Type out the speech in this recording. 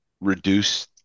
reduce